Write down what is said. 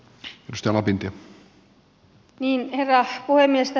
herra puhemies